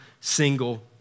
single